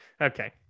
Okay